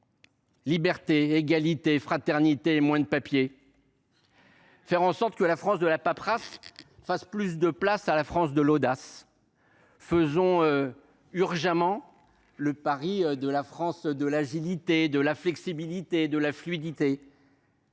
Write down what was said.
Liberté, égalité, fraternité ; moins de papiers ! Faisons en sorte que la France de la paperasse fasse plus de place à la France de l’audace. Faisons urgemment le pari de la France de l’agilité, de la flexibilité, de la fluidité.